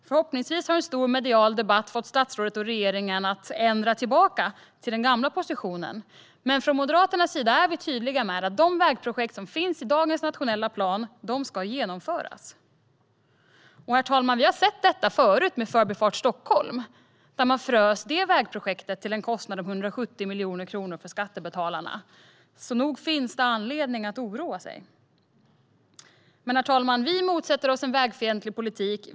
Förhoppningsvis har en stor medial debatt fått statsrådet och regeringen att ändra tillbaka till den gamla positionen, men från Moderaternas sida är vi tydliga med att de vägprojekt som finns i dagens nationella plan ska genomföras. Vi har sett detta förut med Förbifart Stockholm, som man frös till en kostnad av 170 miljoner kronor för skattebetalarna, så nog finns det anledning att oroa sig. Men, herr talman, vi motsätter oss en vägfientlig politik.